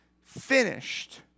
finished